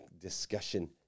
discussion